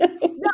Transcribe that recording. No